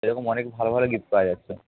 এরকম অনেক ভালো ভালো গিফ্ট পাওয়া যাচ্ছে